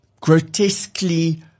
grotesquely